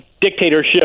dictatorship